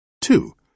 two